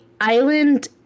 island